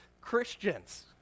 Christians